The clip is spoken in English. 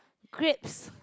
grapes